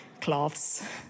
cloths